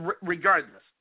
regardless